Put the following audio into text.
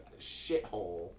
shithole